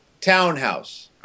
townhouse